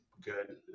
good